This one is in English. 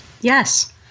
Yes